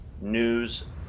news